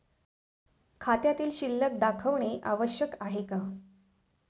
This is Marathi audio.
खात्यातील शिल्लक दाखवणे आवश्यक आहे का?